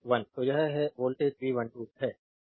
तो यह voltage V12 है